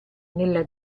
nella